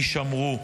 יישמרו.